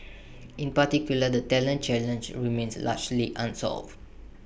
in particular the talent challenge remains largely unsolved